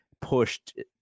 pushed